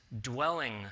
dwelling